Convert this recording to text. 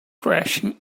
crashing